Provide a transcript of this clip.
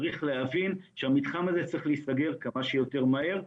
צריך להבין שהמתחם הזה צריך להיסגר כמה שיותר מהר,